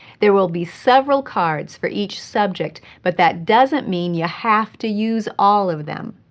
there will be several cards for each subject, but that doesn't mean you have to use all of them.